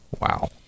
Wow